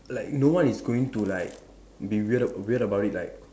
like no one is going to like be weird weird about it like